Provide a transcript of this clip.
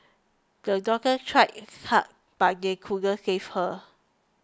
the doctors tried hard but they couldn't save her